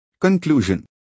Conclusion